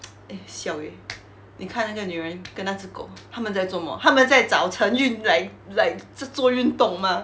eh siao eh 你看哪个女人跟那只狗她们在做么她们在早晨运来来自作运动吗